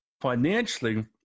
financially